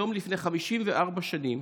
היום לפני 54 שנים,